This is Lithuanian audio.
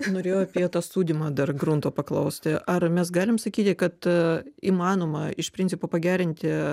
norėjau apie tą sūdymą dar grunto paklausti ar mes galim sakyti kad įmanoma iš principo pagerinti